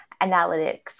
analytics